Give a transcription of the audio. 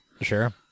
sure